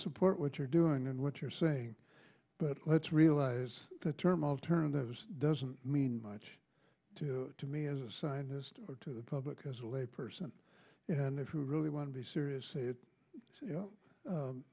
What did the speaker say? support what you're doing and what you're saying but let's realize the term alternatives doesn't mean much to me as a scientist or to the public as a lay person and if you really want to be serious sa